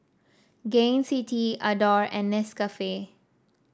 Gain City Adore and Nescafe